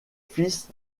fils